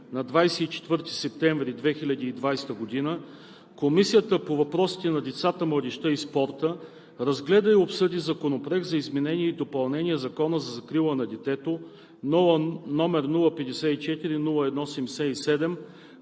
на 24 септември 2020 г., Комисията по въпросите на децата, младежта и спорта разгледа и обсъди Законопроект за изменение и допълнение на Закона за закрила на детето, № 054-01-77,